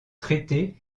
traité